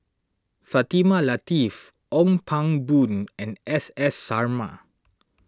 Fatimah Lateef Ong Pang Boon and S S Sarma